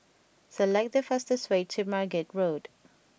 select the fastest way to Margate Road